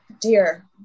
dear